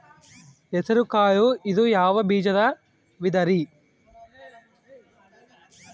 ಹೆಸರುಕಾಳು ಇದು ಯಾವ ಬೇಜದ ವಿಧರಿ?